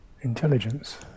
intelligence